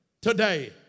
today